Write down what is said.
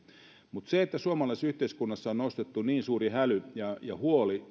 mutta se että suomalaisessa yhteiskunnassa on nostettu niin suuri häly ja huoli